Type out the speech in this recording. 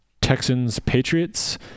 Texans-Patriots